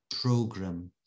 program